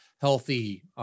healthy